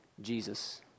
Jesus